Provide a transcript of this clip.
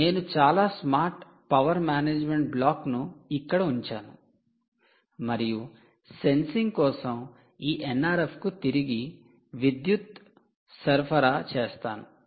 నేను చాలా smart power management బ్లాక్ను ఇక్కడ ఉంచాను మరియు సెన్సింగ్ కోసం ఈ 'NRF' కు తిరిగి విద్యుత్తును సరఫరా చేస్తాను